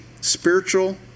spiritual